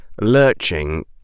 lurching